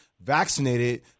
vaccinated